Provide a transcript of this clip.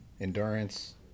endurance